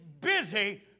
busy